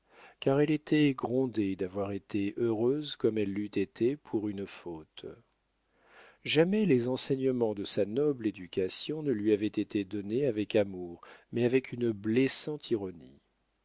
car elle était grondée d'avoir été heureuse comme elle l'eût été pour une faute jamais les enseignements de sa noble éducation ne lui avaient été donnés avec amour mais avec une blessante ironie